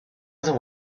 other